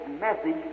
message